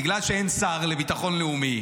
בגלל שאין שר לביטחון לאומי,